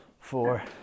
four